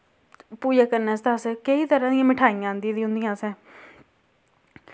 पूजा करनै आस्तै असैं केई तरह दियां मठेआईयां आंदी दियां होंदियां असैं